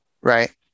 right